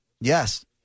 Yes